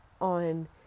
on